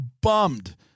bummed